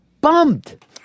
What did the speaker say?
bummed